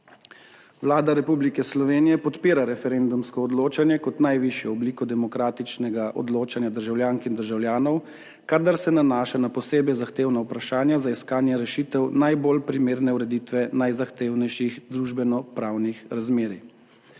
Vlada Republike Slovenije podpira referendumsko odločanje kot najvišjo obliko demokratičnega odločanja državljank in državljanov, kadar se nanaša na posebej zahtevna vprašanja za iskanje rešitev najbolj primerne ureditve najzahtevnejših družbeno pravnih razmerij.